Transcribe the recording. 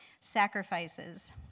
sacrifices